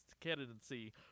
candidacy